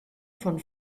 von